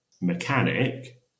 mechanic